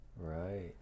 right